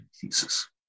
thesis